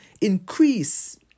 increase